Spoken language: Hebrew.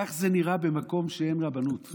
כך זה נראה במקום שאין רבנות.